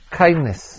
kindness